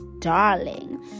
darling